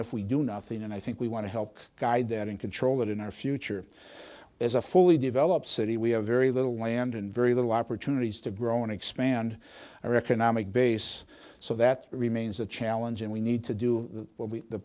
if we do nothing and i think we want to help guide that and control it in our future as a fully developed city we have very little land and very little opportunities to grow and expand our economic base so that remains a challenge and we need to do what we the